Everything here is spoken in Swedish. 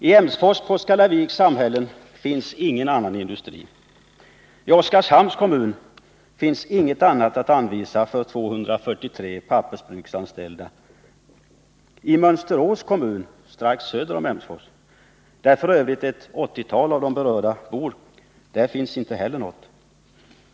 I Emsfors och Påskallaviks samhällen finns ingen annan industri. I Oskarshamns kommun finns inget annat arbete att anvisa för 243 pappersbruksanställda. I Mönsterås kommun strax söder om Emsfors, där f. ö. ett åttiotal av de berörda bor, finns inte heller något.